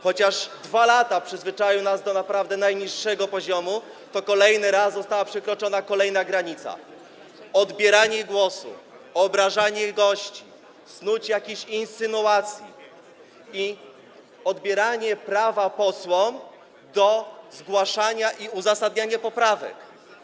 Chociaż przez 2 lata przyzwyczaił nas do naprawdę najniższego poziomu, to kolejny raz została przekroczona kolejna granica: odbieranie głosu, obrażanie gości, snucie jakichś insynuacji i odbieranie prawa posłom do zgłaszania i uzasadniania poprawek.